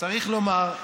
צריך לומר,